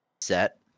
set